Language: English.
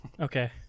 Okay